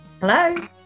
Hello